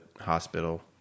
hospital